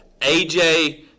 AJ